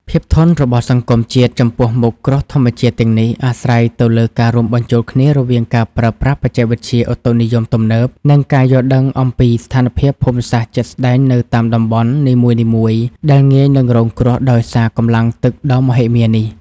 ភាពធន់របស់សង្គមជាតិចំពោះមុខគ្រោះធម្មជាតិទាំងនេះ អាស្រ័យទៅលើការរួមបញ្ចូលគ្នារវាងការប្រើប្រាស់បច្ចេកវិទ្យាឧតុនិយមទំនើប និងការយល់ដឹងអំពីស្ថានភាពភូមិសាស្ត្រជាក់ស្ដែងនៅតាមតំបន់នីមួយៗ ដែលងាយនឹងរងគ្រោះដោយសារកម្លាំងទឹកដ៏មហិមានេះ។